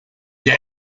der